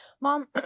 mom